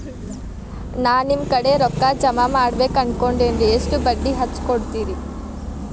ನಾ ನಿಮ್ಮ ಕಡೆ ರೊಕ್ಕ ಜಮಾ ಮಾಡಬೇಕು ಅನ್ಕೊಂಡೆನ್ರಿ, ಎಷ್ಟು ಬಡ್ಡಿ ಹಚ್ಚಿಕೊಡುತ್ತೇರಿ?